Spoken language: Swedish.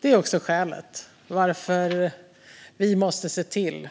Det är också skälet till att vi måste se till